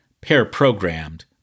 pair-programmed